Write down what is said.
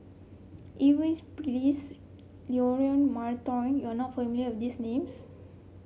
Eu Cheng Li Phyllis Leon Perera Maria Hertogh you are not familiar with these names